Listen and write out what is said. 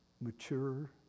mature